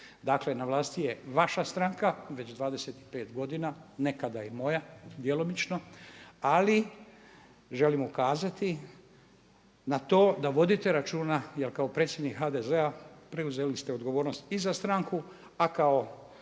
Dakle, na vlasti je vaša stranka već 25 godina, nekada i moja djelomično. Ali želim ukazati na to da vodite računa, jer kao predsjednik HDZ-a preuzeli ste odgovornost i za stranku, a kao premijer